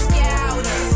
Scouter